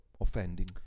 offending